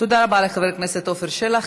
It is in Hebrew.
תודה רבה לחבר הכנסת עפר שלח.